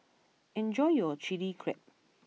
enjoy your Chili Crab